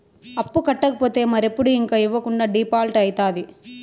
అప్పు కట్టకపోతే మరెప్పుడు ఇంక ఇవ్వకుండా డీపాల్ట్అయితాది